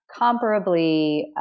comparably